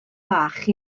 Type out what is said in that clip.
fach